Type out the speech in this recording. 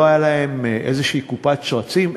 ולא הייתה להם איזו קופת שרצים,